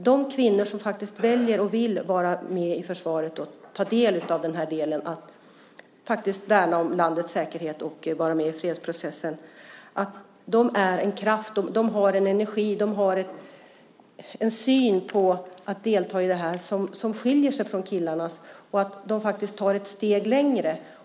De kvinnor som faktiskt väljer att vara med i försvaret och faktiskt värna om landets säkerhet och vara med i fredsprocessen är en kraft och har en energi och en syn på deltagandet i detta som skiljer sig från killarnas. De går faktiskt ett steg längre.